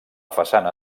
façana